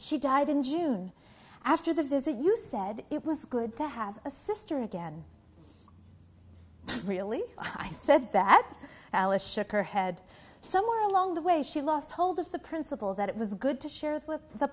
she died in june after the visit you said it was good to have a sister again really i said that alice shook her head somewhere along the way she lost hold of the principle that it was good to share with the